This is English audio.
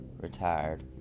retired